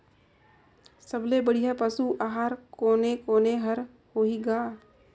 सबले बढ़िया पशु आहार कोने कोने हर होही ग?